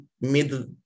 middle